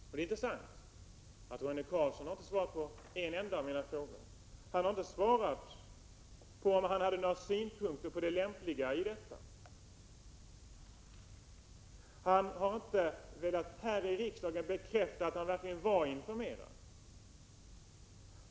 Det är intressant att Roine Carlsson inte har svarat på en enda av mina frågor. Han har inte svarat på om han hade några synpunkter på det lämpliga i detta. Han har inte velat bekräfta här i riksdagen att han verkligen var informerad.